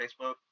Facebook